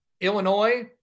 Illinois